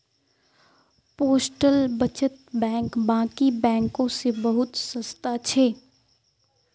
postal बचत bank बाकी बैंकों से बहुत सस्ता छे